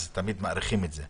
תמיד מאריכים את זה.